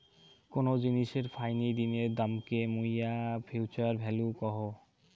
কোন জিনিসের ফাইনি দিনের দামকে মুইরা ফিউচার ভ্যালু কহু